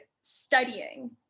studying